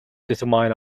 determine